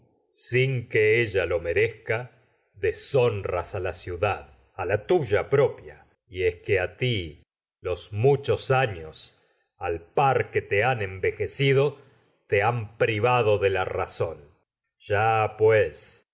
sin ella lo y deshonras la ciu al dad par la tuya propia es que a ti los muchos años que te han envejecido te han privado de la razón lo ya pues